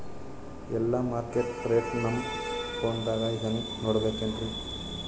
ಎಲ್ಲಾ market rate ನಮ್ ಫೋನದಾಗ ಹೆಂಗ ನೋಡಕೋಬೇಕ್ರಿ?